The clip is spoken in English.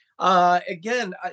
Again